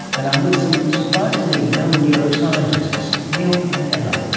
and um with some surprisingly young neuroscientists, lior and ella,